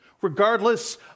regardless